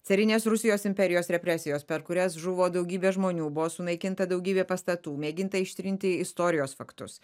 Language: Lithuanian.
carinės rusijos imperijos represijos per kurias žuvo daugybė žmonių buvo sunaikinta daugybė pastatų mėginta ištrinti istorijos faktus